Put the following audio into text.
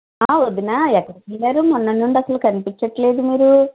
వదినా ఎక్కడికి వెళ్ళారు మొన్నటి నుండి అసలు కనిపించట్లేదు మీరు